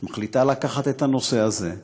את מחליטה לקחת את הנושא הזה,